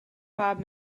five